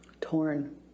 torn